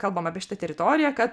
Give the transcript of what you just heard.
kalbam apie šitą teritoriją kad